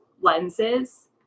lenses